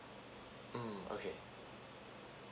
mm okay